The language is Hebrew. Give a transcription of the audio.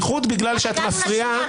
מה עם השנייה?